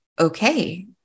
okay